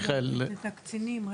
רגע, את הקצינים.